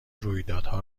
رویدادها